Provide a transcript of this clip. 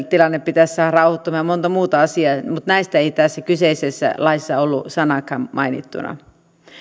tilanne pitäisi saada rauhoittumaan ja monta muuta asiaa mutta näistä ei tässä kyseisessä laissa ollut sanaakaan mainittuna